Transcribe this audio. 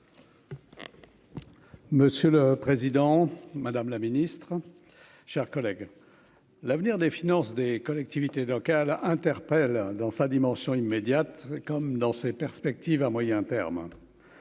Monsieur le Président, Madame la Ministre, chers collègues, l'avenir des finances des collectivités locales, interpelle dans sa dimension immédiate comme dans ses perspectives à moyen terme